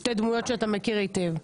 שתי דמויות שאתה מכיר היטב.